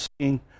seeing